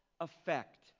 effect